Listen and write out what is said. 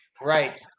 right